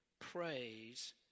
praise